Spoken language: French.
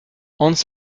hans